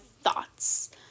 thoughts